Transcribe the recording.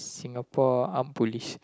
Singapore Armed Police